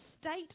state